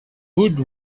wood